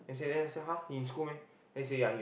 then I say !huh! he in school meh then he say ya he